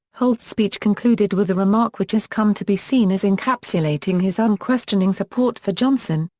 holt's speech concluded with a remark which has come to be seen as encapsulating his unquestioning support for johnson,